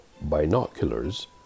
binoculars